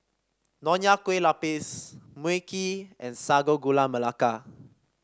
Nonya Kueh Lapis Mui Kee and Sago Gula Melaka